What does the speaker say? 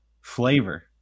flavor